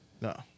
No